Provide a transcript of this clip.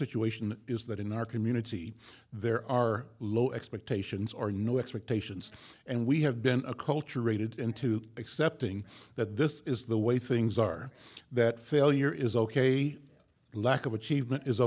situation is that in our community there are low expectations or no expectations and we have been acculturated into accepting that this is the way things are that failure is ok and lack of achievement is